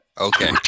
Okay